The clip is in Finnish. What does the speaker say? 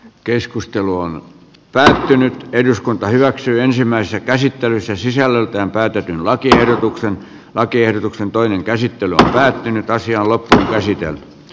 keskustelu on lähtenyt eduskunta hyväksyi ensimmäisessä käsittelyssä sisällöltään päätetyn lakiehdotuksen lakiehdotuksen toinen käsittely painetta korottaa hintoja